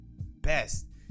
best